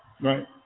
Right